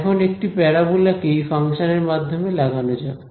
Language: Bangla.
এখন একটি প্যারাবোলা কে এই ফাংশনের মাধ্যমে লাগানো যাক